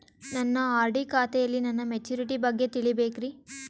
ನನ್ನ ಆರ್.ಡಿ ಖಾತೆಯಲ್ಲಿ ನನ್ನ ಮೆಚುರಿಟಿ ಬಗ್ಗೆ ತಿಳಿಬೇಕ್ರಿ